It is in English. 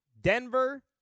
Denver